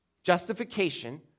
Justification